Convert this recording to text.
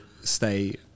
stay